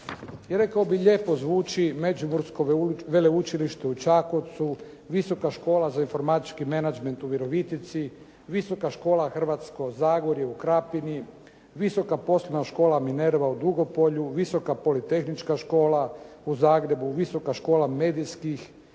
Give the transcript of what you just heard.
rekao bih lijepo zvuči Međimursko veleučilište u Čakovcu, Visoka škola za informatički menađment u Virovitici, Visoka škola Hrvatsko zagorje u Krapini, Visoka poslovna škola Minerva u Dugopolje, Visoka politehnička škola u Zagrebu, Visoka škola medijskih,